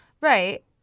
Right